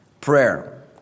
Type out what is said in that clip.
prayer